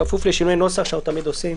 בכפוף לשינויי נוסח שאנחנו תמיד עושים.